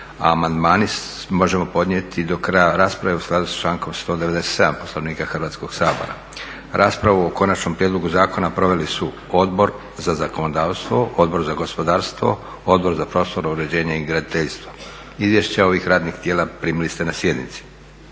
Amandmane možemo podnijeti do kraja rasprave u skladu s člankom 197. Poslovnika Hrvatskog sabora. Raspravu o konačnom prijedlogu zakona proveli su Odbor za zakonodavstvo, Odbor za gospodarstvo, Odbor za prostorno uređenje i graditeljstvo. Izvješća ovih radnih tijela primili ste na sjednici.